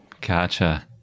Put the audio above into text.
Gotcha